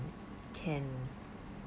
can